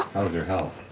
your health?